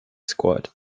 squad